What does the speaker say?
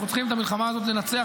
אנחנו צריכים את המלחמה הזאת לנצח,